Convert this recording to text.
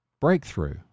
Breakthrough